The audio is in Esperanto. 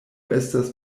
estas